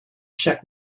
czech